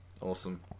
Awesome